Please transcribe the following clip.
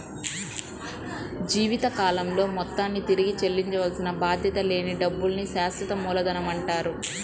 జీవితకాలంలో మొత్తాన్ని తిరిగి చెల్లించాల్సిన బాధ్యత లేని డబ్బుల్ని శాశ్వత మూలధనమంటారు